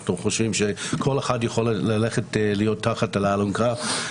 אנחנו חושבים שכל אחד יכול להיות תחת האלונקה.